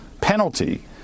penalty